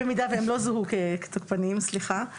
במידה והם לא זוהו כתוקפנים, סליחה.